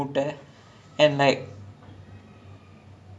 ya eh pattaya is the [one] the the rice is inside the egg right